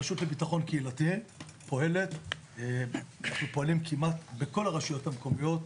הרשות לביטחון קהילתי פועלת כמעט בכל הרשויות המקומיות.